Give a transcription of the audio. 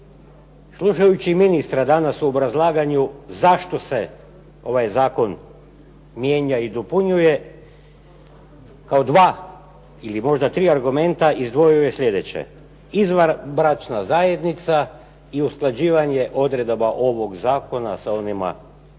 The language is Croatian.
Slušajući ministra danas u obrazlaganju zašto se ovaj zakon mijenja i dopunjuje, kao dva ili možda tri argumenta izdvojio bih sljedeće. Izvanbračna zajednica i usklađivanje odredaba ovog zakona sa onima koji